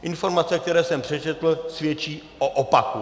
Informace, které jsem přečetl, svědčí o opaku.